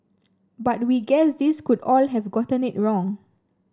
but we guess these could all have gotten it wrong